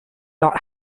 not